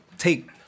take